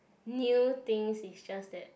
new things is just that